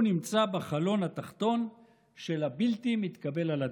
הוא נמצא בחלון התחתון של הבלתי-מתקבל על הדעת.